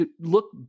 look